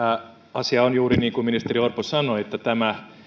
asia on juuri niin kuin ministeri orpo sanoi tämä